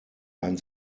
ein